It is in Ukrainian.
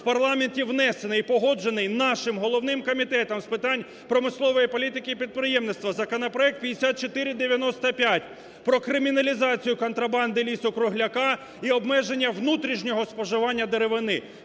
в парламенті внесений і погоджений нашим головним Комітетом з питань промислової політики і підприємництва законопроект (5495) про криміналізацію контрабанди лісу-кругляка і обмеження внутрішнього споживання деревини,